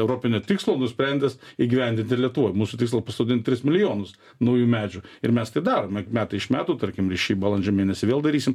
europinio tikslo nusprendęs įgyvendint ir lietuvoj mūsų tikslas pasodint tris milijonus naujų medžių ir mes tai darome metai iš metų tarkim šį balandžio mėnesį vėl darysime